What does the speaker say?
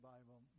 Bible